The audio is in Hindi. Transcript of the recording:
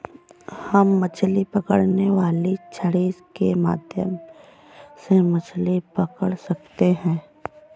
हम मछली पकड़ने वाली छड़ी के माध्यम से मछली पकड़ सकते हैं